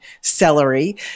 celery